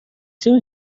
چرا